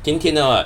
甜甜的